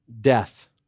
death